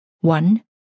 One